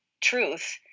truth